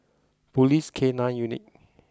police K nine Unit